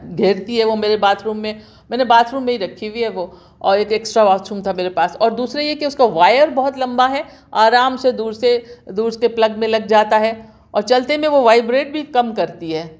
گھیرتی ہے وہ میرے باتھ روم میں میں نے باتھ روم میں ہی رکھی ہوئی ہے وہ اور ایک ایکسٹرا باتھ روم تھا میرے پاس اور دوسرے یہ کہ اُس کا وائر بہت لمبا ہے آرام سے دور سے دور سے پلگ میں لگ جاتا ہے اور چلتے میں وہ وائبریٹ بھی کم کرتی ہے